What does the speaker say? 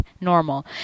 normal